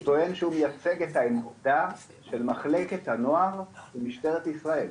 הוא טוען שהוא מייצג את העמדה של מחלקת הנוער במשטרת ישראל,